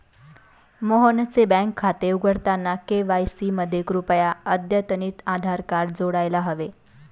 मोहनचे बँक खाते उघडताना के.वाय.सी मध्ये कृपया अद्यतनितआधार कार्ड जोडायला हवे